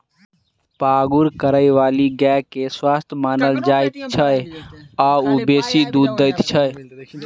पागुर करयबाली गाय के स्वस्थ मानल जाइत छै आ ओ बेसी दूध दैत छै